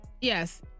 yes